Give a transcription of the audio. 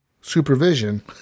supervision